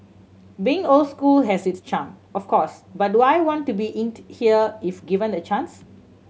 being old school has its charm of course but do I want to be inked here if given the chance